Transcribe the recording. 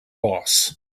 boss